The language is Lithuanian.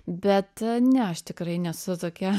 bet ne aš tikrai nesu tokia